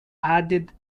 added